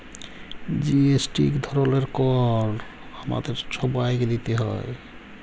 GST ইক ধরলের কর আমাদের ছবাইকে দিইতে হ্যয়